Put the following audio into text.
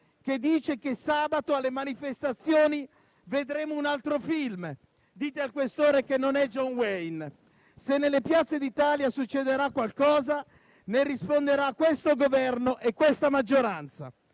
che dice che sabato alle manifestazioni vedremo un altro film. Dite al questore che non è John Wayne. Se nelle piazze d'Italia succederà qualcosa, ne risponderanno questo Governo e la maggioranza.